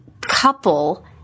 couple